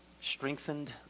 strengthened